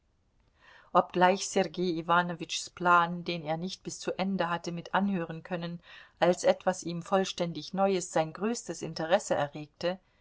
obgleich sergei iwanowitschs plan den er nicht bis zu ende hatte mit anhören können als etwas ihm vollständig neues sein größtes interesse erregte